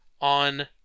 on